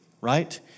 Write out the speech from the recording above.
right